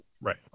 Right